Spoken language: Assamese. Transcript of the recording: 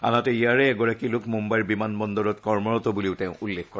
আনহাতে ইয়াৰে এগৰাকী লোক মুম্বাইৰ বিমান বন্দৰত কৰ্মৰত বুলিও তেওঁ উল্লেখ কৰে